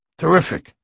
Terrific